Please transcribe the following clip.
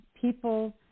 People